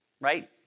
right